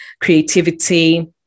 creativity